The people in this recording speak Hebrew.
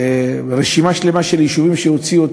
רשימה שלמה של יישובים שהוציאו,